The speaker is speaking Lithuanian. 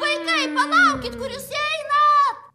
vaikai palaukit kur jūs einat